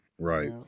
Right